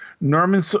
Norman